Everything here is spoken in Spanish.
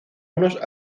unos